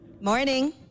Morning